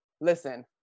listen